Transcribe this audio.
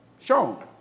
shown